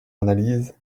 analyse